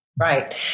Right